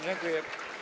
Dziękuję.